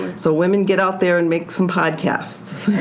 so women get out there and make some podcasts.